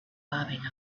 bobbing